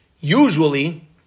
usually